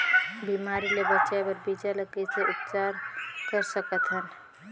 बिमारी ले बचाय बर बीजा ल कइसे उपचार कर सकत हन?